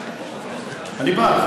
אני בעד,